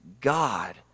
God